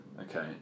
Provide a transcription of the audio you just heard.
Okay